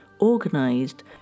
organised